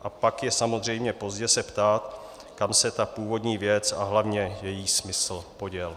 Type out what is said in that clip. A pak je samozřejmě pozdě se ptát, kam se ta původní věc a hlavně její smysl poděly.